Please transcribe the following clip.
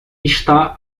está